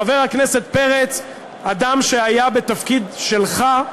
חבר הכנסת פרץ, אדם שהיה בתפקיד שלך,